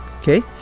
okay